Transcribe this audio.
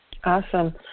Awesome